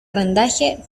rendaje